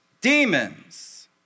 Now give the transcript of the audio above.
Demons